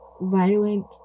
violent